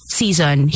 season